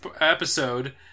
episode